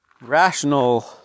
rational